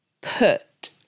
put